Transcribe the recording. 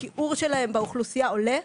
השיעור שלהם באוכלוסייה עולה.